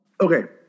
Okay